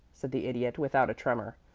said the idiot, without a tremor.